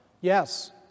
Yes